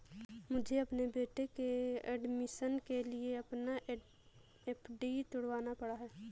मुझे अपने बेटे के एडमिशन के लिए अपना एफ.डी तुड़वाना पड़ा